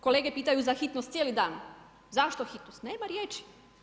Kolege pitaju za hitnost cijeli dan, zašto hitnost, nema riječi.